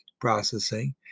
processing